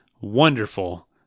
wonderful